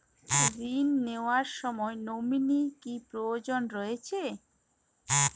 ঋণ নেওয়ার সময় নমিনি কি প্রয়োজন রয়েছে?